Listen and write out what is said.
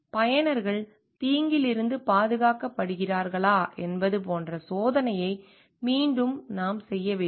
பயனர்கள் தீங்கிலிருந்து பாதுகாக்கப்படுகிறார்களா என்பது போன்ற சோதனையை மீண்டும் நாம் செய்ய வேண்டும்